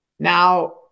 Now